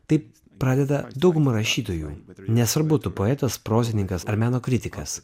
taip pradeda dauguma rašytojų nesvarbu tu poetas prozininkas ar meno kritikas